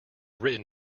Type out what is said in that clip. written